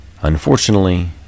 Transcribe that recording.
Unfortunately